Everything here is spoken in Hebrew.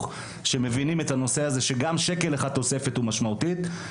שמבינים שגם שקל אחד תוספת הוא משמעותי.